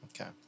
Okay